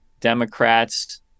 Democrats